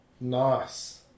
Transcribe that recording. Nice